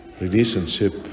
relationship